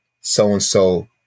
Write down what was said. so-and-so